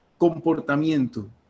comportamiento